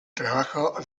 trabajo